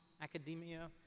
academia